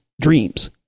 dreams